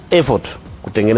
effort